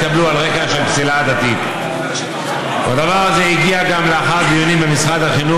את שלושת האלמנטים האלה: יש גם עשות משפט,